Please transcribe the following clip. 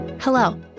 Hello